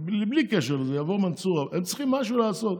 בלי קשר לזה, יבוא מנסור, הם צריכים משהו לעשות.